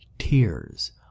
tears